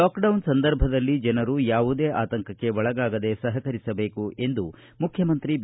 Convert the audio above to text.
lockdown ಸಂದರ್ಭದಲ್ಲಿ ಜನರು ಯಾವುದೇ ಆತಂಕಕ್ಕೆ ಒಳಗಾಗದೇ ಸಹಕರಿಸಬೇಕು ಎಂದು ಮುಖ್ಚಮಂತ್ರಿ ಬಿ